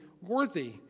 worthy